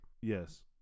Yes